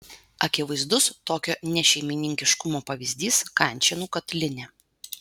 akivaizdus tokio nešeimininkiškumo pavyzdys kančėnų katilinė